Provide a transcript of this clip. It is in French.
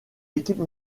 équipe